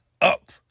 up